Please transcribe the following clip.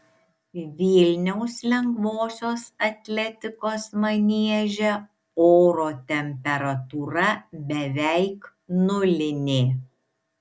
vilniaus lengvosios atletikos manieže oro temperatūra beveik nulinė